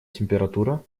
температура